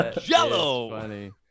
jello